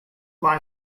fly